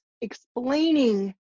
explaining